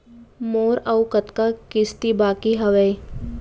मोर अऊ कतका किसती बाकी हवय?